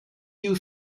you